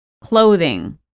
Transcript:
clothing